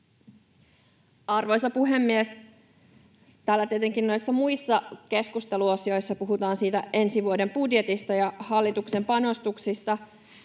Arvoisa puhemies! Täällä tietenkin näissä muissa keskusteluosioissa puhutaan siitä ensi vuoden budjetista ja hallituksen panostuksista.